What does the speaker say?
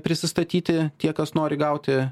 prisistatyti tie kas nori gauti